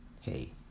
hey